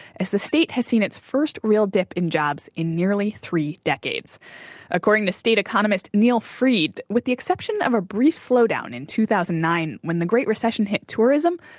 as the state has seen its first real dip in jobs in nearly three decades according to state economist neal fried, with the exception of a brief slowdown in two thousand and nine, when the great recession hit tourism,